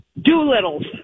Doolittle's